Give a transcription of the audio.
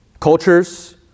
Cultures